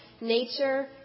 nature